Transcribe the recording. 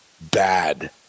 bad